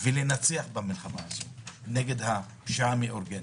ולנצח במלחמה הזאת נגד הפשיעה המאורגנת,